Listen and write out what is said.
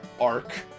arc